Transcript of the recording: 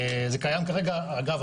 אגב,